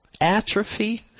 atrophy